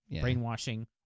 Brainwashing